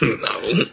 No